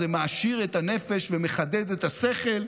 זה מעשיר את הנפש ומחדד את השכל,